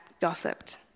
gossiped